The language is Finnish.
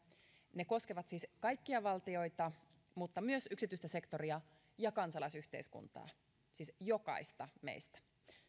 ne koskevat siis kaikkia valtioita mutta myös yksityistä sektoria ja kansalaisyhteiskuntaa siis jokaista meistä